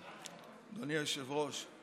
אדוני היושב-ראש,